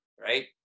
right